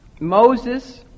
Moses